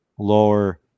Lower